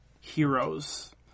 heroes